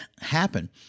happen